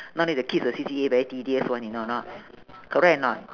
nowadays the kids the C_C_A very tedious [one] you know or not correct or not